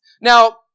Now